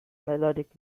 melodic